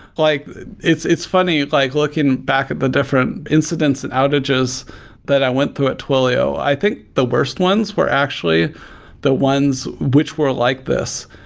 like it's it's funny, like looking back at the different incidents and outages that i went through at twilio. i think the worst ones were actually the ones which were like this,